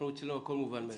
אצלנו הכול מובן מאליו.